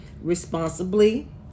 responsibly